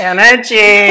Energy